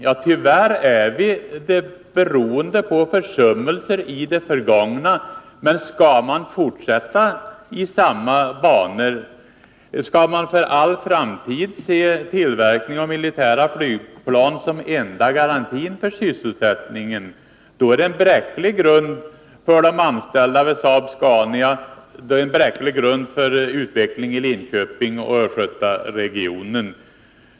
Ja, tyvärr gör vi det, beroende på försummelser i det förgångna. Men skall man fortsätta i samma banor? Skall man för all framtid se tillverkningen av militära flygplan som den enda garantin för sysselsättningen? Det är i så fall en bräcklig grund för tryggheten för de anställda vid Saab-Scania och för utvecklingen i Linköping och i östgötaregionen.